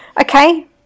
Okay